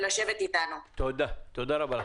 תודה רבה.